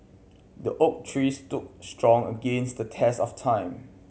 the oak tree stood strong against the test of time